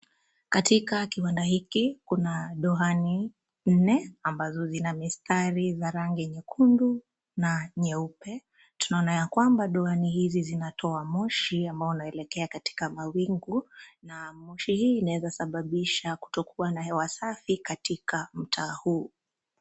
Katika kiwanda hiki, kuna dohani nne ambazo zina mistari za rangi nyekundu na nyeupe. Tunaona ya kwamba dohani hizi zinatoa moshi ambao unaelekea katika mawingu. Na moshi hii inaweza sababisha kutokuwa na hewa safi katika mtaa huu.